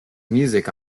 music